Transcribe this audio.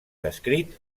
descrit